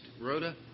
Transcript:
Rhoda